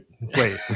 wait